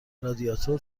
رادیاتور